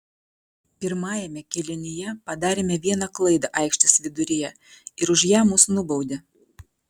pirmajame kėlinyje padarėme vieną klaidą aikštės viduryje ir už ją mus nubaudė